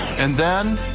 and then,